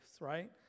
right